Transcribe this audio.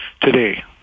today